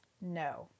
no